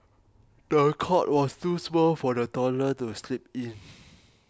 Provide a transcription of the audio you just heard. the cot was too small for the toddler to sleep in